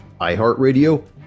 iHeartRadio